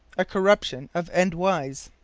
a corruption of endwise.